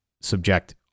subject